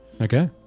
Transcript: Okay